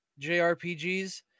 JRPGs